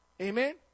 Amen